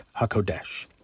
HaKodesh